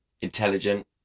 Intelligent